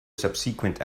subsequent